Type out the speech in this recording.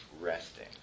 resting